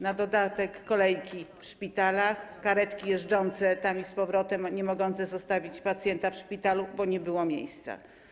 Na dodatek kolejki w szpitalach, karetki jeżdżące tam i z powrotem, niemogące zostawić pacjenta w szpitalu, bo nie było miejsca.